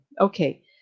Okay